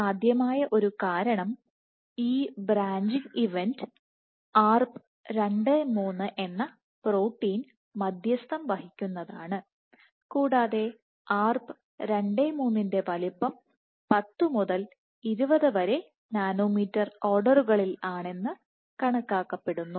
സാധ്യമായ ഒരു കാരണം ഈ ബ്രാഞ്ചിംഗ് ഇവന്റ് Arp 23 എന്ന പ്രോട്ടീൻ മധ്യസ്ഥം വഹിക്കുന്നതാണ് കൂടാതെ Arp 23 ന്റെ വലുപ്പം 10 മുതൽ 20 വരെ നാനോമീറ്റർ ഓർഡറുകളിൽ ആണെന്ന് കണക്കാക്കപ്പെടുന്നു